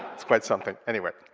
it's quite something. anyway.